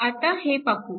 आता हे पाहू